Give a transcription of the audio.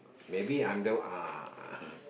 maybe I'm the one uh